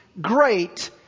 great